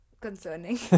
concerning